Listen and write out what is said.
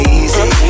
easy